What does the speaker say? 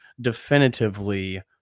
definitively